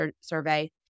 survey